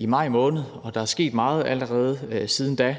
i maj måned, og der er sket meget siden da,